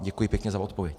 Děkuji pěkně za odpověď.